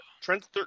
Trent